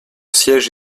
siège